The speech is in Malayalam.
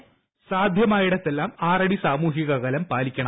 വോയ്സ് സാധ്യമായിടത്തെല്ലാം ആറടി സാമൂഹിക അകലം പാലിക്കണം